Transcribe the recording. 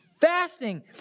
fasting